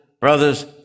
brothers